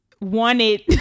wanted